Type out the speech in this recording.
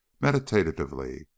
meditatively